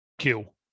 kill